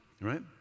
right